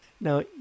Now